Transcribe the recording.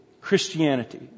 Christianity